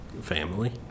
family